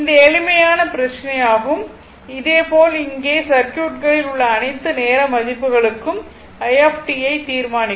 இந்த எளிமையான பிரச்சனை ஆகும் அதேபோல் இங்கே சர்க்யூட்களில் உள்ள அனைத்து நேர மதிப்புகளுக்கும் i ஐ தீர்மானிக்கவும்